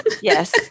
yes